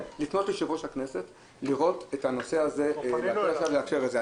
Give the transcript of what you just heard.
לפנות ליושב-ראש הכנסת לראות את הנושא הזה ולאפשר את זה.